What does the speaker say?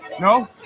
no